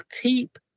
keep